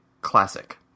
classic